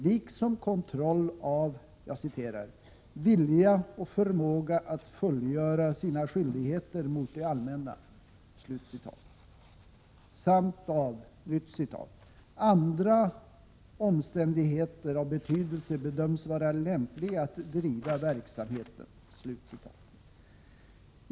Tillstånd får ges endast till den som med hänsyn till ”vilja och förmåga att fullgöra sina skyldigheter mot det allmänna” samt ”av andra omständigheter av betydelse bedöms vara lämplig att driva verksamheten”.